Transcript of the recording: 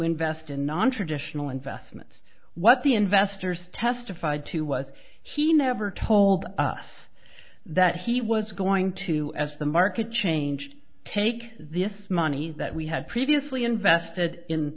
invest in nontraditional investments what the investors testified to was he never told us that he was going to as the market changed take the money that we had previously invested in